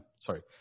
sorry